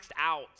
out